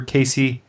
Casey